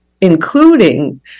including